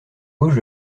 gauche